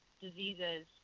diseases